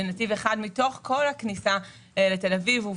של נתיב אחד מתוך כל הכניסה לתל אביב.